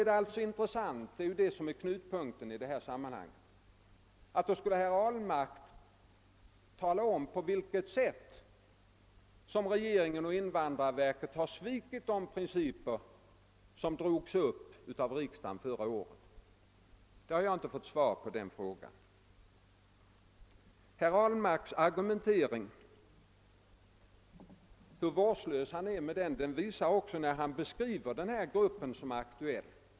Det väsentliga är då frågan om på vilket sätt som regeringen och invandrarverket har svikit de principer som fastställdes av riksdagen förra året. Den frågan skulle herr Ahlmark ge svar på, men det har han inte gjort. Hur vårdslös herr Ahlmark är i sin argumentering visar han för övrigt när han beskriver den nu aktuella gruppen.